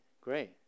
Great